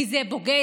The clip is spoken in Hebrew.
כי זה פוגע.